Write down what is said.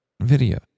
video